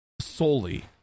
Solely